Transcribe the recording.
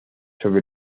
sobre